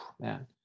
man